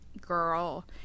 girl